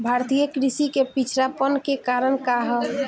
भारतीय कृषि क पिछड़ापन क कारण का ह?